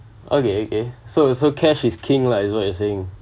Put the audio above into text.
okay okay so so cash is king lah as what you’re saying